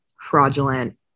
fraudulent